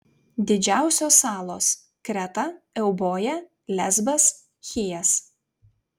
didžiausios salos kreta euboja lesbas chijas